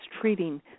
treating